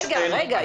רגע.